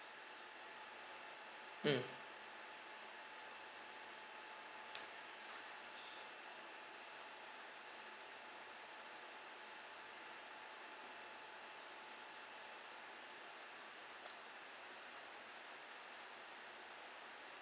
mm